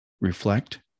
reflect